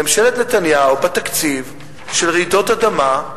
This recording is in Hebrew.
ממשלת נתניהו, תקציב לרעידות אדמה,